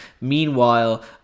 Meanwhile